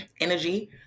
energy